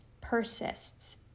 persists